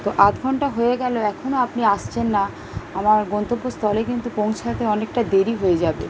তো আধ ঘন্টা হয়ে গেল এখনো আপনি আসছেন না আমার গন্তব্যস্থলে কিন্তু পৌঁছাতে অনেকটা দেরি হয়ে যাবে